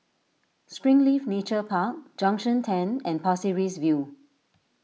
Springleaf Nature Park Junction ten and Pasir Ris View